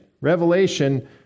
Revelation